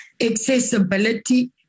accessibility